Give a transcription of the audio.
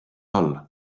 all